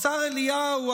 השר אליהו,